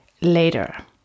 later